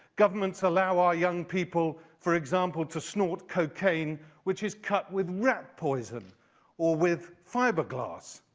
governments allow our young people, for example, to snort cocaine which is cut with rat poison or with fiberglass.